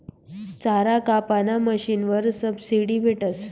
चारा कापाना मशीनवर सबशीडी भेटस